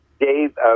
Dave